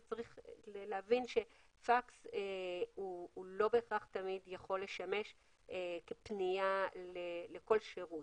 צריך להבין שפקס הוא לא בהכרח תמיד יכול לשמש כפנייה לכל שירות.